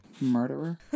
Murderer